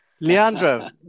Leandro